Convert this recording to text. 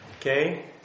Okay